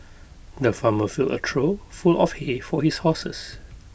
the farmer filled A trough full of hay for his horses